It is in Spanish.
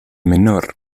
menor